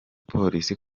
polisi